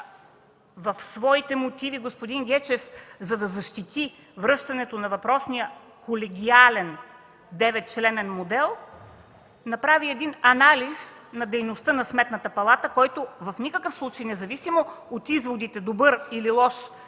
В своите мотиви господин Гечев, за да защити връщането на въпросния колегиален деветчленен модел, прави анализ на дейността на Сметната палата, който в никакъв случай, независимо от изводите – добра или лоша е